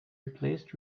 replaced